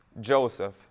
Joseph